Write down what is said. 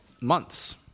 months